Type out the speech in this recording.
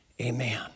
Amen